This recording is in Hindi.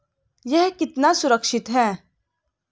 यह कितना सुरक्षित है?